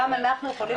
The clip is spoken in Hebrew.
גם אנחנו יכולים